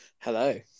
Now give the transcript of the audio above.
Hello